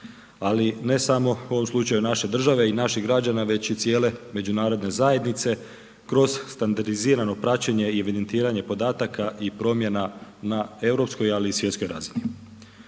ali ne samo u ovom slučaju naše države i naših građana već i cijele međunarodne zajednice kroz standardizirano praćenje i evidentiranje podataka i promjena na europskoj ali i svjetskoj razini.